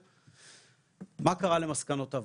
מה קרה למסקנות הוועדה?